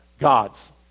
God's